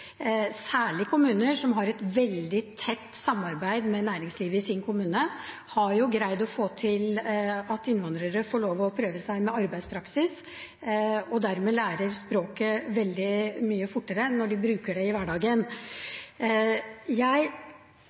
Særlig kommuner som har et veldig tett samarbeid med næringslivet i sin kommune, har fått til at innvandrere får lov til å prøve seg med arbeidspraksis, og at de dermed lærer språket veldig mye fortere når de bruker det i hverdagen. Jeg